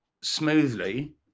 smoothly